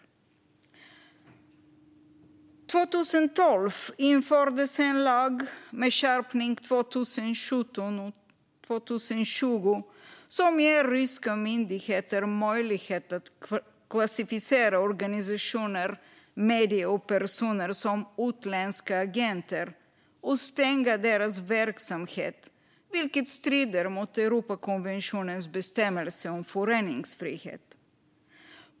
År 2012 infördes en lag, med skärpning 2017 och 2020, som ger ryska myndigheter möjlighet att klassificera organisationer, medier och personer som utländska agenter och stänga deras verksamhet, vilket strider mot Europakonventionens bestämmelse om föreningsfrihet.